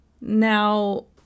Now